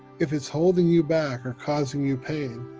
if it's holding you back or causing you pain,